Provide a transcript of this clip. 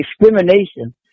discrimination